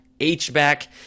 H-back